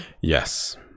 Yes